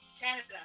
Canada